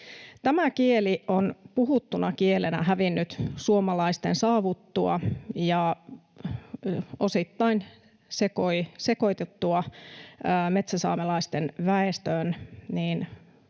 Tämä kieli on puhuttuna kielenä hävinnyt suomalaisten saavuttua ja osittain sekoituttua metsäsaamelaisten väestöön.